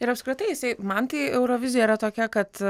ir apskritai jisai man tai eurovizija yra tokia kad